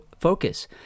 focus